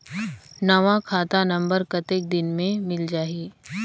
नवा खाता नंबर कतेक दिन मे मिल जाही?